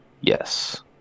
Yes